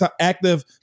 active